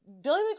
Billy